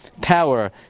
power